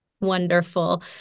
Wonderful